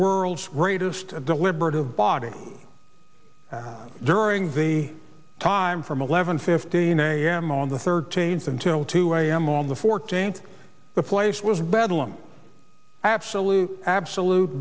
world's greatest deliberative body during the time from eleven fifteen a m on the thirteenth until two a m on the fourteenth the place was bedlam absolute absolute